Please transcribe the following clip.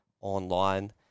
online